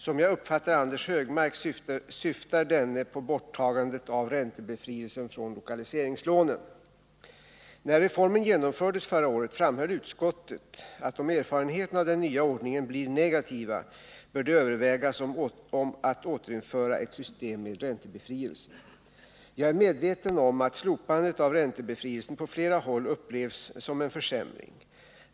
Som jag uppfattar Anders Högmark syftar han på borttagandet av räntebefrielsen i samband med lokaliseringslånen. När reformen genomfördes förra året framhöll utskottet att om erfarenheterna av den nya ordningen blir negativa bör det övervägas att återinföra ett system med räntebefrielse. Jag är medveten om att slopandet av räntebefrielsen på flera håll upplevs som en försämring.